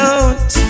Out